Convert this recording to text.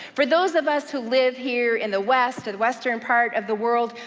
for those of us who live here in the west, or the western part of the world,